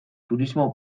turismo